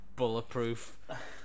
Bulletproof